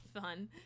fun